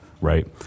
right